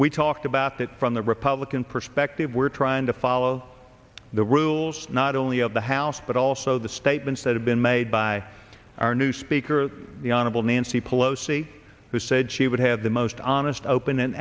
we talked about that from the republican perspective we're trying to follow the rules not only of the house but also the statements that have been made by our new speaker the honorable nancy pelosi who said she would have the most honest open an